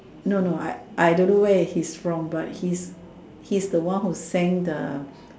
no no I I don't know where he's from but his he's the one who sang the